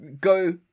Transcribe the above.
Go